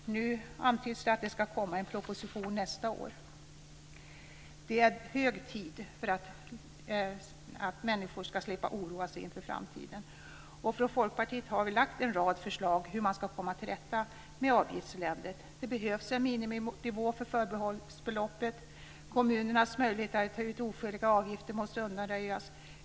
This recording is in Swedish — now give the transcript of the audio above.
Nu antyds det att det ska komma en proposition nästa år. Det är hög tid för att människor ska slippa oroa sig inför framtiden. Från Folkpartiet har vi lagt fram en rad förslag om hur man ska komma till rätta med avgiftseländet. Det behövs en miniminivå för förbehållsbeloppet. Kommunernas möjlighet att ta ut oskäliga avgifter måste undanröjas.